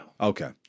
Okay